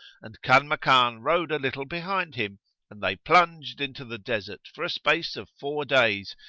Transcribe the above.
and kanmakan rode a little behind him and they plunged into the desert, for a space of four days,